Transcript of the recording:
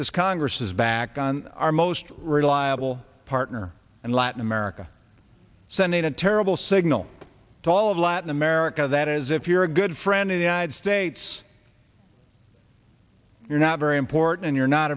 this congress is back on our most reliable partner and latin america sending a terrible signal to all of latin america that is if you're a good friend of the united states you're not very important and you're not